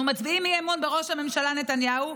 אנחנו מצביעים אי-אמון בראש הממשלה נתניהו,